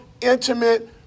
intimate